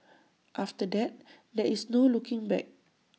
after that there's no looking back